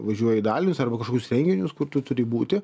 važiuoji į dalinius arba kažkokius renginius kur tu turi būti